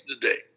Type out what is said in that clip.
today